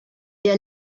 der